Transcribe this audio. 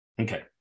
okay